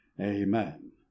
amen